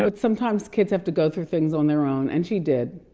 but sometimes kids have to go through things on their own and she did,